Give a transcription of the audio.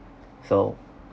so